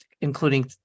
including